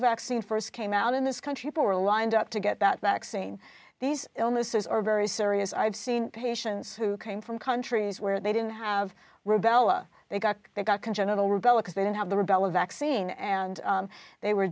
vaccine st came out in this country for a lined up to get that vaccine these illnesses are very serious i've seen patients who came from countries where they didn't have rubella they got they got congenital rubella cause they didn't have the rebel a vaccine and they were